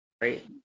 right